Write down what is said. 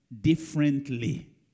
differently